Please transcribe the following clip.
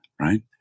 right